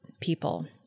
people